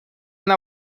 una